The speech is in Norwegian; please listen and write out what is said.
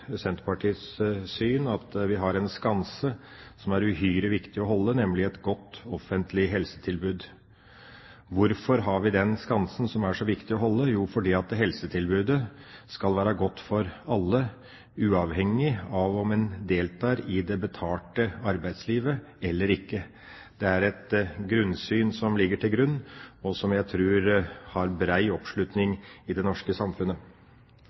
Senterpartiets syn at vi har en skanse som er uhyre viktig å holde, nemlig et godt offentlig helsetilbud. Hvorfor har vi den skansen, som er så viktig å holde? Jo, fordi helsetilbudet skal være godt for alle, uavhengig av om en deltar i det betalte arbeidslivet eller ikke. Det er et grunnsyn som ligger til grunn, og som jeg tror har bred oppslutning i det norske samfunnet.